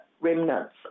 remnants